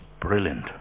brilliant